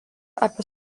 apie